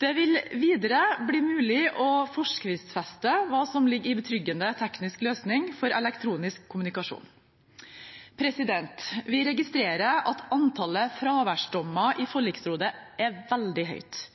Det vil videre bli mulig å forskriftsfeste hva som ligger i en betryggende teknisk løsning for elektronisk kommunikasjon. Vi registrerer at antallet fraværsdommer i forliksrådet er veldig høyt.